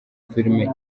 filime